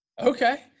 Okay